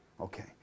Okay